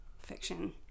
fiction